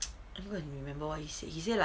I'm gonna remember what he said he say like